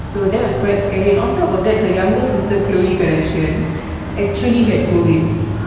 so that was quite scary and on top of that her younger sister khloe kardashian actually had COVID